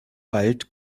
bald